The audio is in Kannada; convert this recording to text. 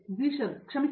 ಝೀಶನ್ ಕ್ಷಮಿಸಿ